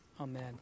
Amen